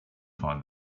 find